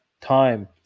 time